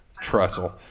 Trestle